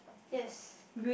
yes